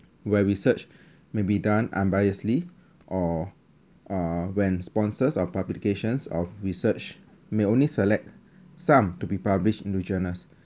where research may be done unbiased or uh when sponsors of publications of research may only select some to be published into journals